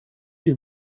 die